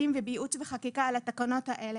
האלה בייעוץ וחקיקה במשרד המשפטים.